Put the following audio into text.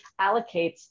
allocates